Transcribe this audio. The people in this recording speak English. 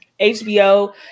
HBO